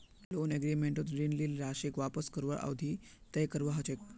loan एग्रीमेंटत ऋण लील राशीक वापस करवार अवधि तय करवा ह छेक